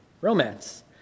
romance